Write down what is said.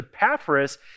Epaphras